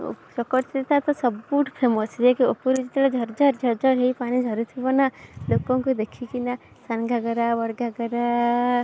ଚକ୍ରତୀର୍ଥ ତ ସବୁଠୁ ଫେମସ୍ ଯାହାକି ଉପରୁ ଯେତେବେଳେ ଝର୍ଝର୍ ଝର୍ଝର୍ ହେଇ ପାଣି ଝରୁଥିବ ନା ଲୋକଙ୍କୁ ଦେଖିକିନା ସାନ ଘାଗରା ବଡ଼ ଘାଗରା